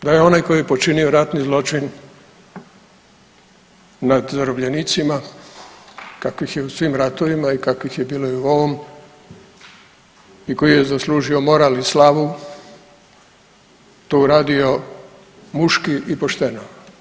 Čujemo da je onaj koji je počinio ratni zločin nad zarobljenicima kakvih je u svim ratovima i kakvih je bilo i u ovom i koji je zaslužio moral i slavu to uradio muški i pošteno.